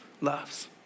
loves